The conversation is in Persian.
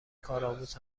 کارآموز